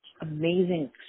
amazing